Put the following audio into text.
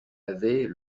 avait